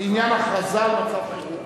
בעניין הכרזה על מצב חירום.